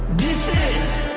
this is